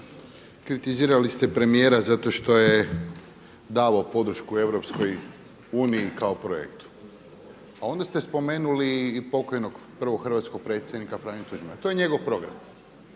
kritizirali ste premijera zato što je davao podršku EU kao projektu. A onda ste spomenuli i pokojnog prvog hrvatskog predsjednika Franju Tuđmana, to je njegov program.